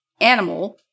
animal